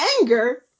anger